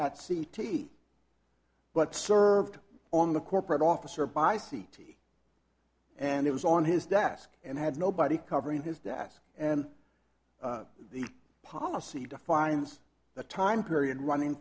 at c t but served on the corporate officer by c t and it was on his desk and had nobody covering his desk and the policy defines the time period running